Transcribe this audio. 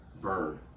burn